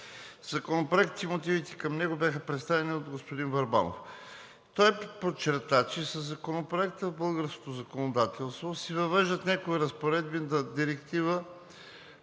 Законопроектът и мотивите към него бяха представени от господин Върбанов. Той подчерта, че със Законопроекта в българското законодателство се въвеждат някои разпоредби на Директива